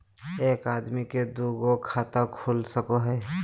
एक आदमी के दू गो खाता खुल सको है?